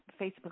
Facebook